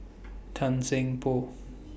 Tan Seng Poh